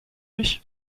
mich